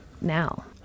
now